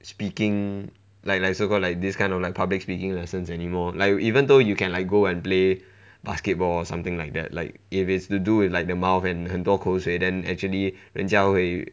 speaking like like so called like this kind of like public speaking lessons anymore like even though you can like go and play basketball or something like that like if it's to do with like the mouth and 很多口水 then actually 人家会